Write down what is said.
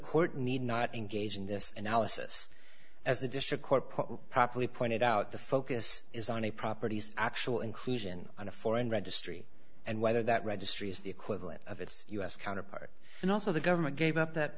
court need not engage in this analysis as the district court properly pointed out the focus is on a property's actual inclusion on a foreign registry and whether that registry is the equivalent of its us counterpart and also the government gave up that